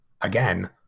again